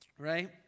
Right